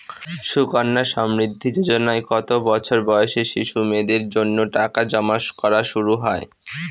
সুকন্যা সমৃদ্ধি যোজনায় কত বছর বয়সী শিশু মেয়েদের জন্য টাকা জমা করা শুরু হয়?